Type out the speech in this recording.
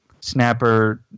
Snapper